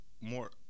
more